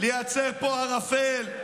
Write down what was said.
לייצר פה ערפל,